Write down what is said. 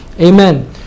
Amen